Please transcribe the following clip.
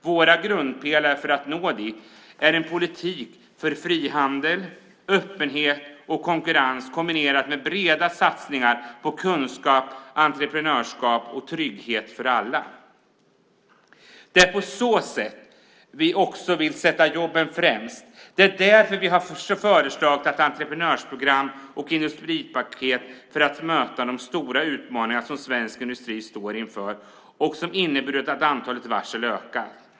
Våra grundpelare för att nå dit är en politik för frihandel, öppenhet och konkurrens kombinerat med breda satsningar på kunskap, entreprenörskap och trygghet för alla. Det är på så sätt vi också vill sätta jobben främst. Det är därför vi har föreslagit ett entreprenörsprogram och ett industripaket för att möta de stora utmaningarna som svensk industri står inför och som har inneburit att antalet varsel ökar.